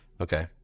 Okay